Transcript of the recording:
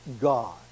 God